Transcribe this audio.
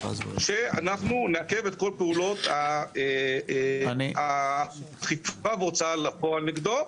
שאנחנו נעכב את כל פעולות האכיפה והוצאה לפועל נגדו,